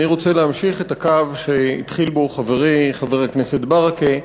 אני רוצה להמשיך בקו שהתחיל בו חברי חבר הכנסת ברכה.